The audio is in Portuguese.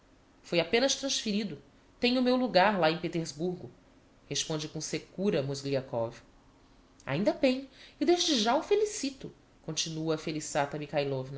fui apenas transferido tenho o meu logar lá em petersburgo responde com secura mozgliakov ainda bem e desde já o felicito continua a